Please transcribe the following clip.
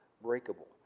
breakable